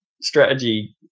strategy